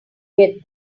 get